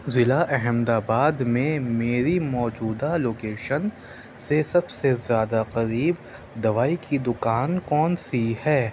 ضلع احمد آباد میں میری موجودہ لوکیشن سے سب سے زیادہ قریب دوائی کی دُکان کون سی ہے